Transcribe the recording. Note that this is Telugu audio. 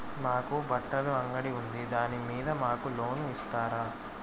మాకు బట్టలు అంగడి ఉంది దాని మీద మాకు లోను ఇస్తారా